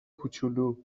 کوچولو